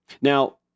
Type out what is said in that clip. Now